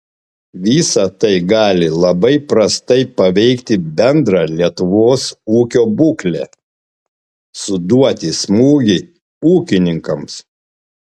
visa tai gali labai prastai paveikti bendrą lietuvos ūkio būklę suduoti smūgį ūkininkams